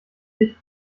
dich